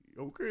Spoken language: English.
Okay